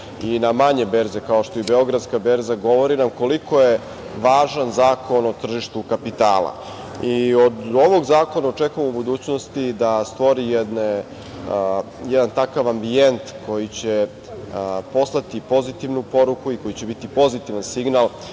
i na manje berze, kao što je i Beogradska berza, govori nam koliko je važan Zakon o tržištu kapitala. Od ovog zakona očekujem u budućnosti da stvori jedan takav ambijent koji će poslati pozitivnu poruku i koji će biti pozitivan signal